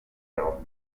dago